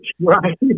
right